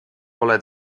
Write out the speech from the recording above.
oled